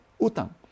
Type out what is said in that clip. Utang